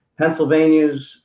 Pennsylvania's